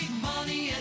money